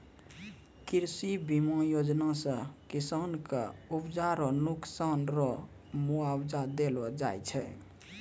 कृषि बीमा योजना से किसान के उपजा रो नुकसान रो मुआबजा देलो जाय छै